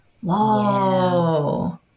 whoa